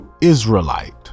Israelite